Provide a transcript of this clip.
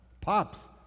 Pops